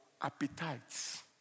appetites